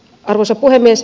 arvoisa puhemies